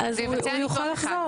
הוא יכול לחזור,